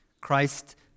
Christ